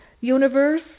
universe